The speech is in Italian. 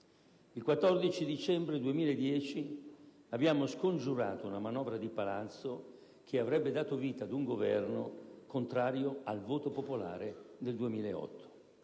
Il 14 dicembre 2010 abbiamo scongiurato una manovra di palazzo che avrebbe dato vita ad un Governo contrario al voto popolare del 2008.